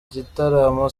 gitaramo